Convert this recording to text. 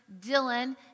Dylan